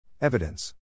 Evidence